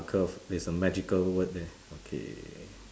curve there's a magical word there okay